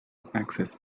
access